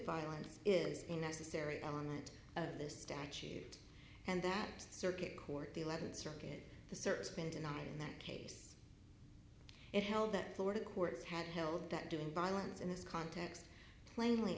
violence is a necessary element of this statute and that circuit court the eleventh circuit the surface bentonite in that case it held that florida courts had held that doing violence in this context plainly